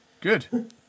good